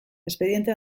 espediente